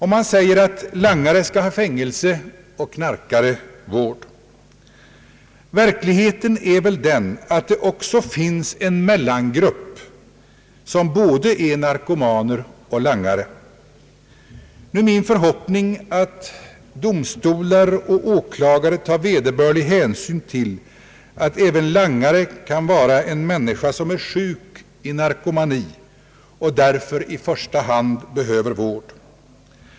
Och man säger att langare skall ha fängelse och knarkare vård. Verkligheten är väl den att det också finns en mellangrupp som både är narkomaner och langare. Nu är det min förhoppning att domstolar och åklagare tar vederbörlig hänsyn till att även en langare kan vara en människa som är sjuk i narkomani och därför i första hand behöver vård.